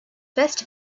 first